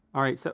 all right, so,